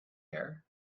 air